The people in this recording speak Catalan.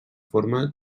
forma